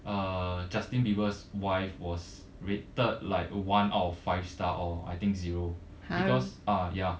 uh justin bieber's wife was rated like uh one out five star or I think zero because ah ya